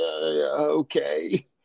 okay